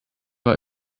war